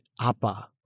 APA